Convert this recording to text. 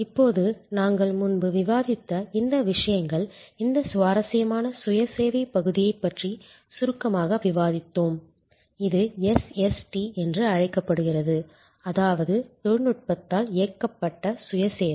இப்போது நாங்கள் முன்பு விவாதித்த இந்த விஷயங்கள் இந்த சுவாரஸ்யமான சுய சேவைப் பகுதியைப் பற்றி சுருக்கமாக விவாதித்தோம் இது SST என்றும் அழைக்கப்படுகிறது அதாவது தொழில்நுட்பத்தால் இயக்கப்பட்ட சுய சேவை